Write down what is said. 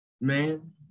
Man